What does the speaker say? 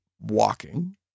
walking